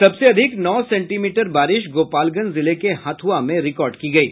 सबसे अधिक नौ सेंटीमीटर बारिश गोपालगंज जिले के हथ्रआ में रिकार्ड की गयी